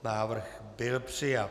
Návrh byl přijat.